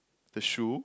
the shoe